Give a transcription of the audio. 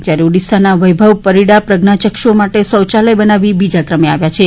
જ્યારે ઓડિશાના વૈભવ પરિડા પ્રજ્ઞાચક્ષુઓ માટે શૌચાલય બનાવી બીજા ક્રમે આવ્યો છે